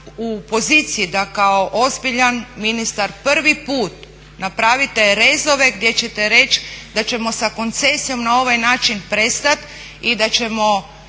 u poziciji da kao ozbiljan ministar prvi put napravite rezove gdje ćete reći da ćemo sa koncesijom na ovaj način prestat i da ćemo